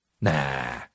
nah